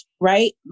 right